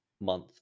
month